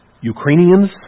Ukrainians